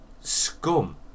scum